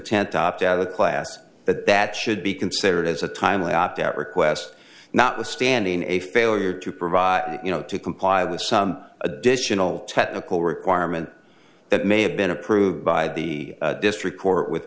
to opt out of class that that should be considered as a timely opt out request notwithstanding a failure to provide you know to comply with some additional technical requirement that may have been approved by the district court with